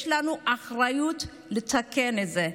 יש לנו אחריות לתקן את זה.